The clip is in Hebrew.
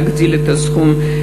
להגדיל את הסכום,